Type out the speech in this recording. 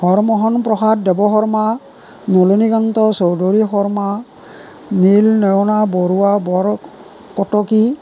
Harmohan Prasad Dev Sharma Nalinikanta Choudhury Sharma Neel Nayana Baruah Borkotoky